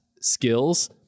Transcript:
skills